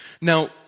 Now